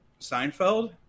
Seinfeld